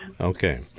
okay